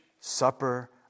supper